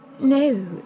no